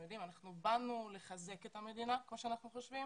אנחנו באנו לחזק את המדינה כפי שאנחנו חושבים